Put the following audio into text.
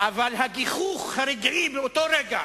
אבל הגיחוך הרגעי באותו רגע,